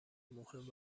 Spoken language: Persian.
مهم